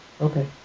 Okay